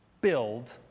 build